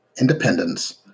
independence